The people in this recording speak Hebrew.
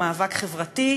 הוא מאבק חברתי,